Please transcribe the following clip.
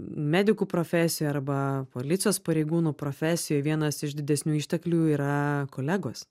medikų profesija arba policijos pareigūnų profesijoj vienas iš didesnių išteklių yra kolegos